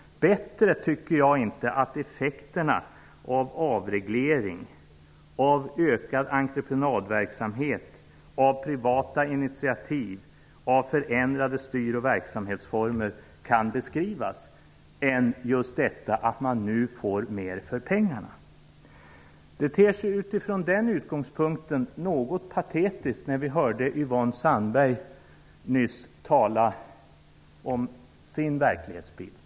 Bättre tycker inte jag att effekterna av avreglering, av ökad entreprenadverksamhet, av privata initiativ, av förändrade styr och verksamhetsformer kan beskrivas än just att man nu får mer för pengarna. Utifrån den utgångspunkten ter det sig något patetiskt att höra Yvonne Sandberg-Fries tala om sin verklighetsbild.